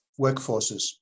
workforces